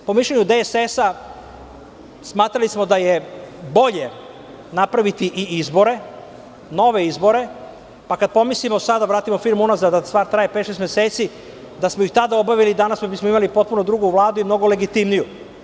Po mišljenju DSS smatrali smo da je bolje napraviti i izbore, nove izbore, pa kada pomislimo i sada da vratimo film unazad, jer ta stvar traje pet, šest meseci, da smo ih tada obavili, danas bi imali potpuno drugu Vladu i mnogo legitimniju.